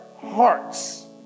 hearts